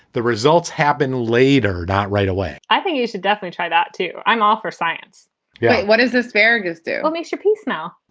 the results happen later. not right away i think you should definitely try that, too. i'm all for science yeah. what is this vergas do. what makes your piece now.